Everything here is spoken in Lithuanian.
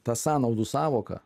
ta sąnaudų sąvoka